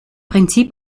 prinzip